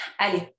Allez